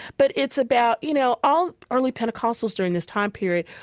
but it's about, you know, all early pentecostals, during this time period,